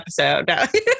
episode